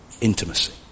intimacy